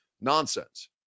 nonsense